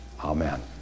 Amen